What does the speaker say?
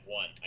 one